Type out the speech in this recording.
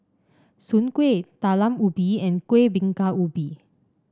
Soon Kway Talam Ubi and Kuih Bingka Ubi